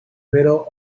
riddle